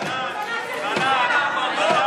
תלמד את התקנון.